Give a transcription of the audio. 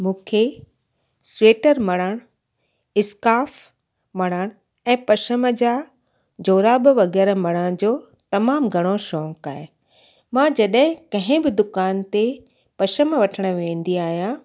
मूंखे स्वेटर मणण इस्काफ़ मणण ऐं पशम जा जोराब वग़ैरह मणण जो तमामु घणो शौक़ु आहे मां जॾहिं कंहिं बि दुकान ते पशम वठण वेंदी आहियां